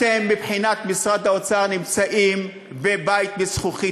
אתם, מבחינת משרד האוצר, נמצאים בבית מזכוכית.